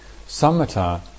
Samatha